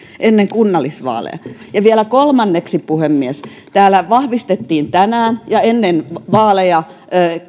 ennen kunnallisvaaleja ja vielä kolmanneksi puhemies täällä vahvistettiin tänään ja ennen vaaleja